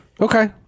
Okay